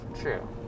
True